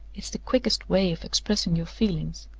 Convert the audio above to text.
it's the quickest way of expressing your feelings,